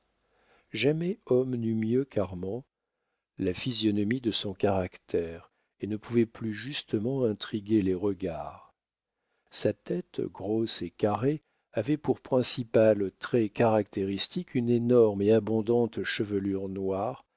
jamais homme n'eut mieux qu'armand la physionomie de son caractère et ne pouvait plus justement intriguer les regards sa tête grosse et carrée avait pour principal trait caractéristique une énorme et abondante chevelure noire